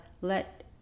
let